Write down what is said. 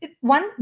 one